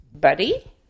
Buddy